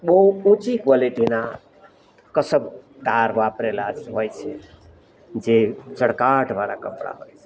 બહુ ઊંચી ક્વોલિટીના કસબ તાર વાપરેલા હોય છે જે ચળકાટવાળા કપડા હોય છે